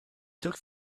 took